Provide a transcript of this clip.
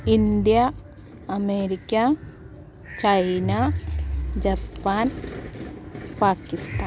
India America China Japan Pakistan